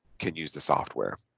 can use the software